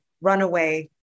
runaway